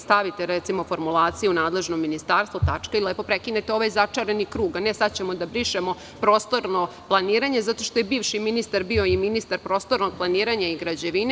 Stavite, recimo, formulaciju - nadležno ministarstvo, tačka i lepo prekinete ovaj začarani krug, a ne sada ćemo da brišemo prostorno planiranje zato što je bivši ministar bio i ministar prostornog planiranja i građevine.